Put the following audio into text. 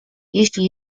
jeśli